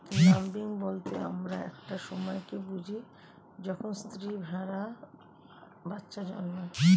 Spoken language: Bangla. ল্যাম্বিং বলতে আমরা একটা সময় কে বুঝি যখন স্ত্রী ভেড়ারা বাচ্চা জন্ম দেয়